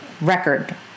record